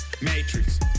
matrix